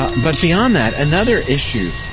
but beyond that, another issue